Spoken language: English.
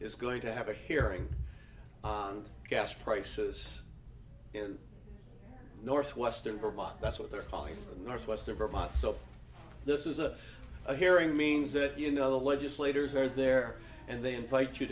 is going to have a hearing on gas prices in northwestern vermont that's what they're calling northwest of vermont so this is a hearing means that you know the legislators are there and they invite you